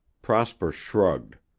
prosper shrugged.